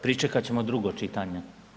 Pričekat ćemo drugo čitanje.